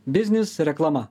biznis reklama